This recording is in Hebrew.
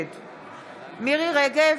נגד מירי מרים רגב,